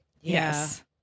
Yes